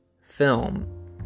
film